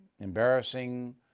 Embarrassing